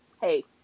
Hey